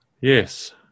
Yes